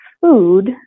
food